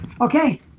Okay